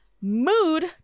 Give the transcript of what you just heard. MOOD